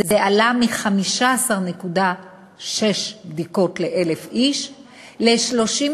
זה עלה מ-15.6 בדיקות ל-1,000 איש ל-36.6,